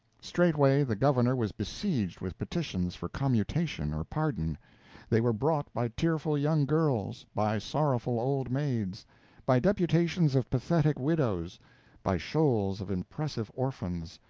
straightway the governor was besieged with petitions for commutation or pardon they were brought by tearful young girls by sorrowful old maids by deputations of pathetic widows by shoals of impressive orphans.